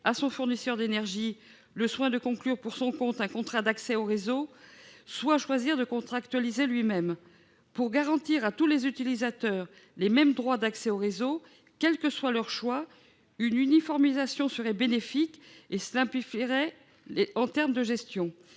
à son fournisseur d'énergie le soin de conclure pour son compte un contrat d'accès au réseau, soit choisir de contractualiser lui-même. Pour garantir à tous les utilisateurs les mêmes droits d'accès au réseau, quel que soit leur choix, une uniformisation serait bénéfique et permettrait une gestion